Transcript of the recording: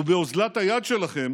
ובאוזלת היד שלכם